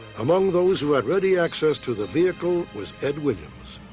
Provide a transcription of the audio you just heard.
among those who had ready access to the vehicle was ed williams.